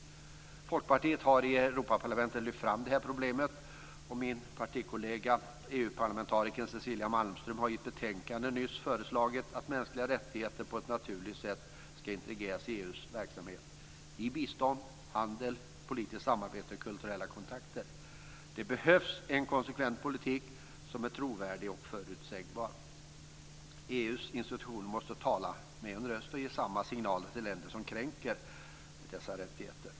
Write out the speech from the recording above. Folkpartiet har lyft fram det här problemet i Europaparlamentet. Min partikollega, EU-parlamentarikern Cecilia Malmström, har i ett betänkande nyss föreslagit att mänskliga rättigheter på ett naturligt sätt ska integreras i EU:s verksamhet, i bistånd, handel, politiskt samarbete och kulturella kontakter. Det behövs en konsekvent politik som är trovärdig och förutsägbar. EU:s institutioner måste tala med en röst och ge samma signaler till länder som kränker dessa rättigheter.